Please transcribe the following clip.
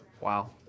Wow